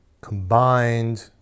combined